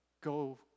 go